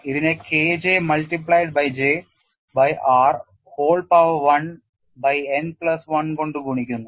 ഇതിനെ kj multiplied by J by r whole power 1 by n plus 1 കൊണ്ട് ഗുണിക്കുന്നു